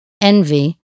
envy